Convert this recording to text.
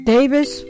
Davis